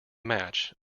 match